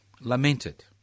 Lamented